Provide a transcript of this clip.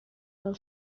del